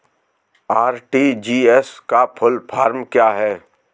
RTGS का full form क्या है?